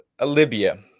Libya